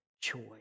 choice